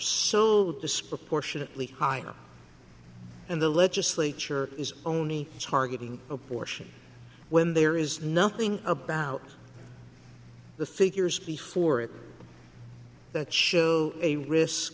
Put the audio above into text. so disproportionately high and the legislature is only targeting abortion when there is nothing about the figures before it that show a risk